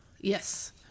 Yes